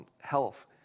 health